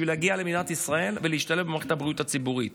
בשביל להגיע למדינת ישראל ולהשתלב במערכת הבריאות הציבורית.